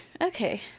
Okay